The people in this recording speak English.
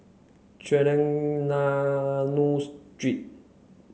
Trengganu Street